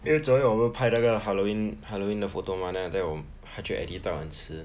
因为昨天我们拍那个 halloween halloween 的 photo mah then after that 她就 edit 到很迟